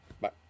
Bye